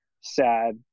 sad